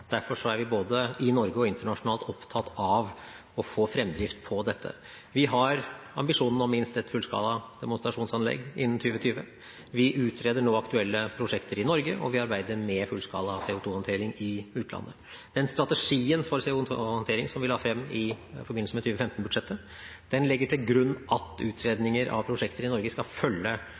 Derfor er vi, både i Norge og internasjonalt, opptatt av å få en fremdrift i dette. Vi har ambisjonen om minst ett fullskala demonstrasjonsanlegg innen 2020. Vi utreder nå aktuelle prosjekter i Norge, og vi arbeider med fullskala CO2-håndtering i utlandet. Den strategien for CO2-håndtering som vi la frem i forbindelse med 2015-budsjettet, legger til grunn at utredninger av prosjekter i Norge skal følge